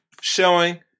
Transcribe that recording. showing